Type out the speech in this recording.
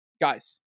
guys